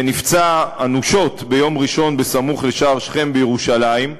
שנפצע אנושות ביום ראשון סמוך לשער שכם בירושלים.